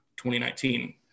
2019